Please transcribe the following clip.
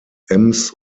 ems